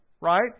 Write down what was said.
Right